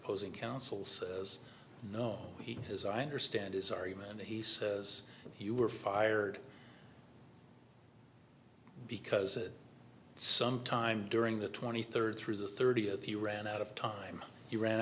opposing counsel says no he has i understand his argument he says you were fired because at some time during the twenty third through the thirtieth you ran out of time you ran